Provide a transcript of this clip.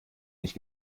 nicht